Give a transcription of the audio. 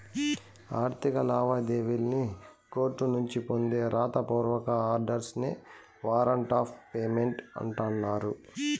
ఆర్థిక లావాదేవీల్లి కోర్టునుంచి పొందే రాత పూర్వక ఆర్డర్స్ నే వారంట్ ఆఫ్ పేమెంట్ అంటన్నారు